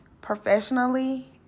professionally